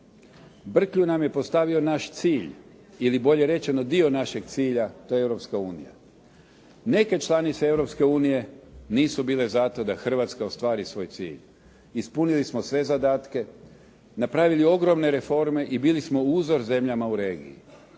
Brklju nam je postavio naš cilj ili bolje rečeno dio našeg cilja. To je Europska unija. Neke članice Europske unije nisu bile za to da Hrvatska ostvari svoj cilj. Ispunili smo sve zadatke, napravili ogromne reforme i bili smo uzor zemljama u regiji.